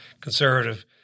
conservative